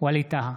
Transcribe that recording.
ווליד טאהא,